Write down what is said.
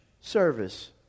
service